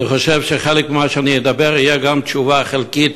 אני חושב שחלק ממה שאני אדבר יהיה גם תשובה חלקית